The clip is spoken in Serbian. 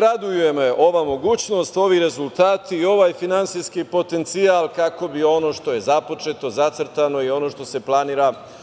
Raduje me ova mogućnost, ovi rezultati i ovaj finansijskih potencijal kako bi ono što je započeto, zacrtano i ono što se planira